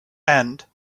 and